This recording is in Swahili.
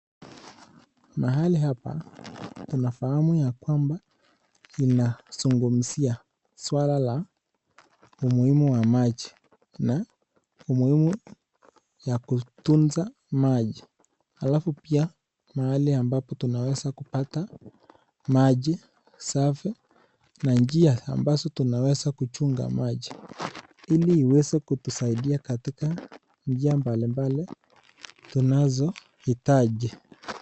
Mahalai hapa tunafahamu ya kwamba ina zungumzia swala la umuhimu wa maji na umuhimu ya kutunza maji alafu pia mahali ambapo tunaweza kupata maji safi na njia ambazo tunaweza kuchunga maji ili iweze kutusaidia katika njia mbali mbali tunazohitaji.